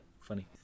Funny